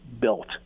built